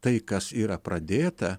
tai kas yra pradėta